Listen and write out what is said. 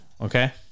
okay